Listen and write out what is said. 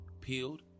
peeled